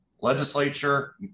legislature